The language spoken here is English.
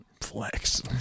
Flex